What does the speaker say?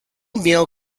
meal